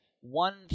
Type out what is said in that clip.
one